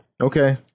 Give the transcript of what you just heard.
Okay